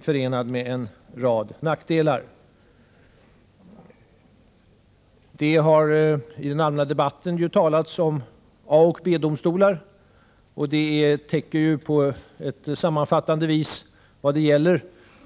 förenad med en rad nackdelar. Det har ju i den allmänna debatten talats om A och B-domstolar, och detta sammanfattar på ett bra sätt vad det gäller.